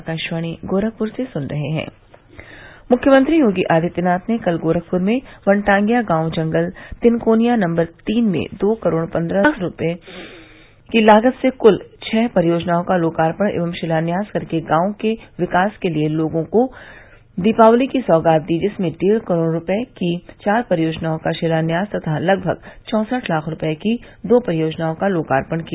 लखनऊ समाचार मुख्यमंत्री योगी आदित्यनाथ ने कल गोरखप्र में वनटांगियां गांव जंगल तिनकोनिया नम्बर तीन में दो करोड़ पन्द्रह लाख रूपये की लागत से कुल छः परियोजनाओं का लोकार्पण एवं शिलान्यास कर के गांव के विकास के लिए लोगों को दीपावली की सैगात दी जिसमें डेढ़ करोड़ रूपये की चार परियोजनाओं का शिलान्यास तथा लगभग चौसठ लाख रूपये की दो परियोजनाओं का लोकार्पण किया